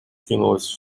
кинулась